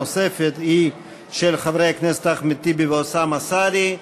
נוספת היא של חברי הכנסת אחמד טיבי ואוסאמה סעדי.